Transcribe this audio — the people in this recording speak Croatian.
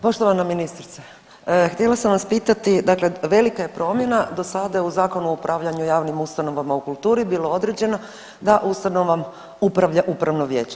Poštovana ministrice, htjela sam vas pitati, dakle velika je promjena, do sada je u Zakonu o upravljanju javnim ustanovama u kulturi bilo određeno da ustanovom upravlja upravno vijeće.